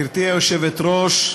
גברתי היושבת-ראש,